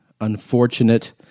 unfortunate